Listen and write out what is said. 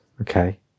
Okay